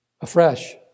afresh